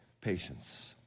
patience